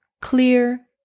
clear